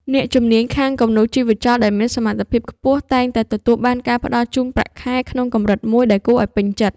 អ្នកជំនាញខាងគំនូរជីវចលដែលមានសមត្ថភាពខ្ពស់តែងតែទទួលបានការផ្តល់ជូនប្រាក់ខែក្នុងកម្រិតមួយដែលគួរឱ្យពេញចិត្ត។